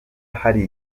hari